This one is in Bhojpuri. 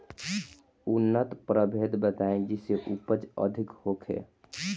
उन्नत प्रभेद बताई जेसे उपज अधिक होखे?